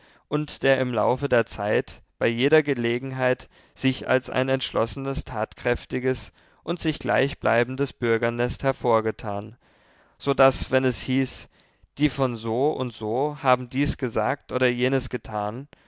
und der im laufe der zeit bei jeder gelegenheit sich als ein entschlossenes tatkräftiges und sich gleichbleibendes bürgernest hervorgetan so daß wenn es hieß die von so und so haben dies gesagt oder jenes getan